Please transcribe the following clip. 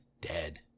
dead